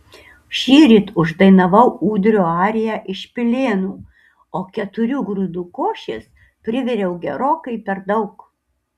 šįryt uždainavau ūdrio ariją iš pilėnų o keturių grūdų košės priviriau gerokai per daug